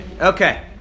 Okay